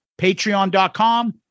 patreon.com